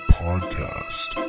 podcast